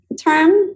term